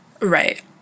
Right